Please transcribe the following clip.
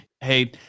hey